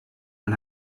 den